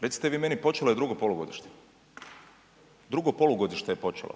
Recite vi meni, počelo je drugo polugodište, drugo polugodište je počelo.